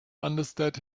understand